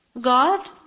God